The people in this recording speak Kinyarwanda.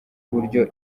uburyo